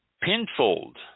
Pinfold